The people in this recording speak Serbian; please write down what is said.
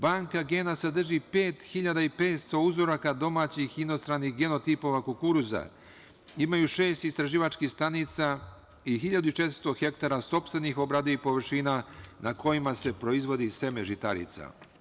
Banka gena sadrži 5.500 uzoraka domaćih inostranih genotipova kukuruza, imaju šest istraživačkih stanica i 1.400 hektara sopstvenih obradivih površina na kojima se proizvodi seme žitarica.